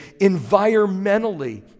Environmentally